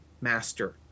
master